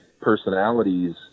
personalities